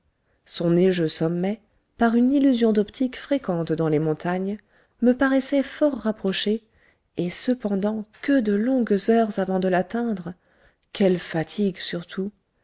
son neigeux sommet par une illusion d'optique fréquente dans les montagnes me paraissait fort rapproché et cependant que de longues heures avant de l'atteindre quelle fatigue surtout